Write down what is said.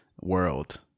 world